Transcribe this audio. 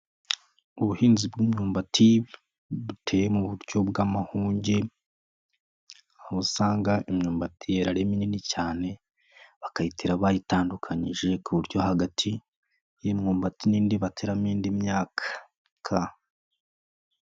Ubuhinzi bw'imyumbati buteye mu buryo bw'amahunge. Aho usanga imyumbati yera ari minini cyane. Bakayitera bayitandukanyije, ku buryo hagati y'imyumbati n'indi bateramo indi myaka.